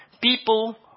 people